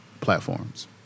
platforms